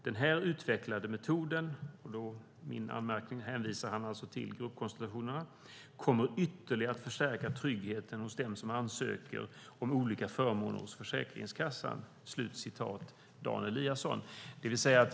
Den här utvecklade metoden kommer ytterligare att förstärka tryggheten hos dem som ansöker om olika förmåner hos Försäkringskassan".